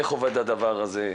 איך עובד הדבר הזה,